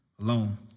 alone